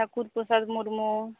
Thakur Prasad Murmu